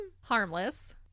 harmless